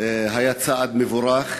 היה צעד מבורך,